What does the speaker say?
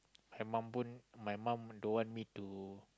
my mum pun my mum don't want me to